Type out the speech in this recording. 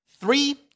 three